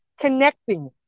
connecting